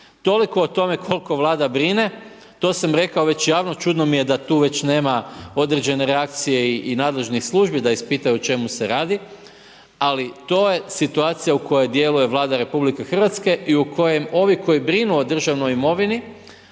Toliko o tome, koliko vlada brine. To sam rekao već javno, čudno mi je da tu već nema određene reakcije i nadležnih službi, da ispitaju o čemu se radi, ali to je situacija u kojom djeluju Vlada Republike Hrvatske i u kojem ovi koji brinu o državnoj imovini,